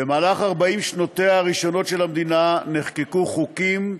במהלך 40 שנותיה הראשונות של המדינה נחקקו חוקים,